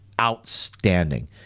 outstanding